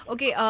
Okay